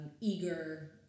eager